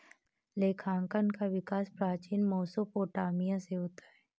लेखांकन का विकास प्राचीन मेसोपोटामिया से होता है